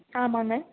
ஆமாங்க